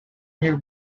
near